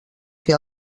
que